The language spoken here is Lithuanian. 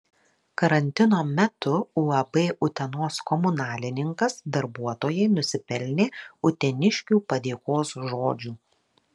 karantino metu uab utenos komunalininkas darbuotojai nusipelnė uteniškių padėkos žodžių